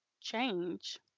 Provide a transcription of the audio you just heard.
change